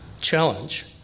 challenge